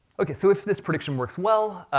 okay, so if this prediction works well,